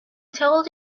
told